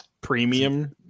premium